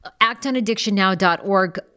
actonaddictionnow.org